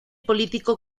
político